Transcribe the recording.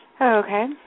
Okay